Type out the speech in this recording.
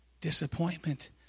Disappointment